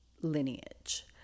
lineage